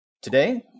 Today